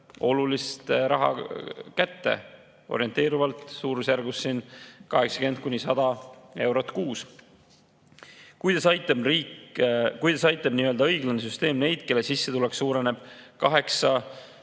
olulist raha kätte, orienteerivalt suurusjärgus 80–100 eurot kuus."Kuidas aitab nii‑öelda õiglane süsteem neid, kelle sissetulek suureneb 8-100